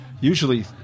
usually